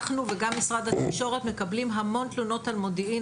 אנחנו וגם משרד התקשורת מקבלים המון תלונות על מודיעין,